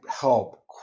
help